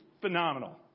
phenomenal